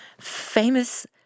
famous